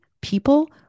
people